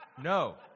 No